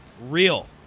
Real